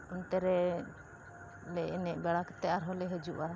ᱚᱱᱛᱮ ᱨᱮ ᱞᱮ ᱮᱱᱮᱡ ᱵᱟᱲᱟ ᱠᱟᱛᱮ ᱟᱨᱦᱚᱸ ᱞᱮ ᱦᱤᱡᱩᱜᱼᱟ